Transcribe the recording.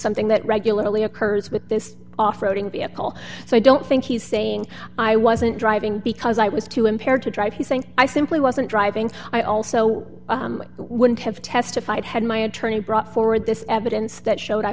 something that regularly occurs with this off roading vehicle so i don't think he's saying i wasn't driving because i was too impaired to drive he think i simply wasn't driving i also wouldn't have testified had my attorney brought forward this evidence that showed i